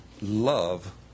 love